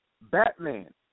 Batman